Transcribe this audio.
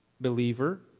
believer